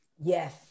yes